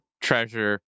treasure